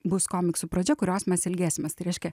bus komiksų pradžia kurios mes ilgėsimės tai reiškia